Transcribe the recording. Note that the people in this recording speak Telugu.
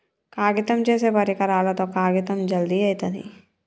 కాగితం చేసే పరికరాలతో కాగితం జల్ది అయితది